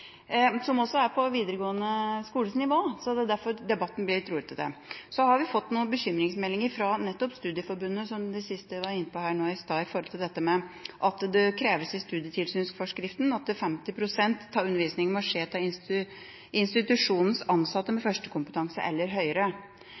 er også kompetanse på videregående skoles nivå. Det er derfor debatten blir litt rotete. Vi har fått noen bekymringsmeldinger fra nettopp Studieforbundet, som de siste var inne på nå i stad, når det gjelder dette at det i studietilsynsforskriften kreves at 50 pst. av undervisningen må skje med institusjonens ansatte med